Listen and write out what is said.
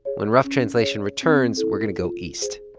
when rough translation returns, we're going to go east,